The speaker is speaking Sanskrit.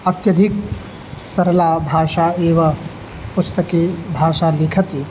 अत्यधिका सरलाभाषा एव पुस्तके भाषा लिखति